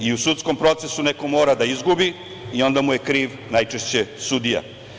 I u sudskom procesu neko mora da izgubi i onda mu je kriv najčešće sudija.